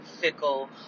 fickle